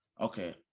Okay